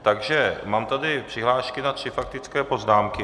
Takže tady mám přihlášky na tři faktické poznámky.